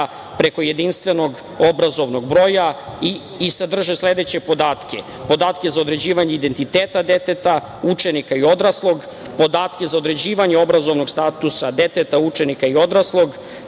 preko jedinstvenog obrazovnog broja i sadrže sledeće podatke: podatke za određivanje identiteta deteta, učenika i odraslog, podatke za određivanje obrazovnogstatusa deteta, učenika i odraslog,